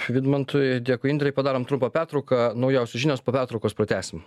vidmantui dėkui indrei padarom trumpą pertrauką naujausios žinios po pertraukos pratęsim